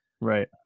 right